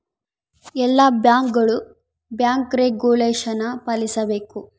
ಎಲ್ಲ ಬ್ಯಾಂಕ್ಗಳು bank regulation ಪಾಲಿಸಬೇಕು